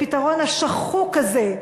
הפתרון השחוק הזה.